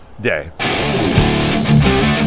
day